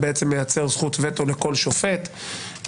מי שבידו סמכות שפיטה על פי דין טענה בדבר תוקפו של